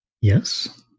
Yes